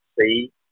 see